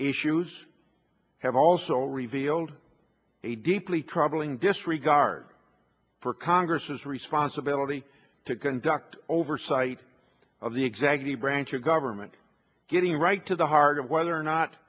issues have also revealed a deeply troubling disregard for congress's responsibility to conduct oversight of the executive branch of government getting right to the heart of whether or not